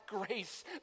grace